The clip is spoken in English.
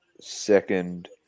second